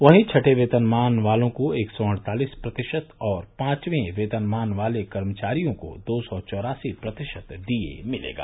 वहीं छठे वेतनमान वालों को एक सौ अड़तालीस प्रतिशत और पांचवां वेतनमान वाले कर्मियों को दो सौ चौरासी प्रतिशत डीए मिलेगा